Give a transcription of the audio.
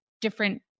different